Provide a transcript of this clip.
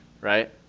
Right